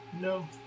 No